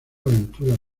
aventuras